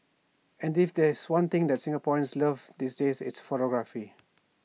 and if there's one thing Singaporeans love these days it's photography